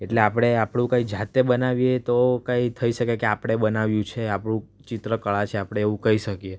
એટલે આપણે આપણું કાંઇ જાતે બનાવીએ તો કાંઇ થઈ શકે કે આપણે બનાવ્યું છે આપણું ચિત્ર કળા છે આપણે એવું કહી શકીએ